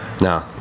No